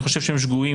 אני חושב שהם שגויים,